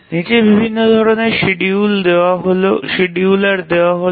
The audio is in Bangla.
নীচে বিভিন্ন ধরণের শিডিউলার দেওয়া হল